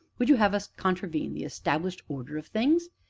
would you have us contravene the established order of things?